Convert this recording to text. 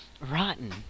rotten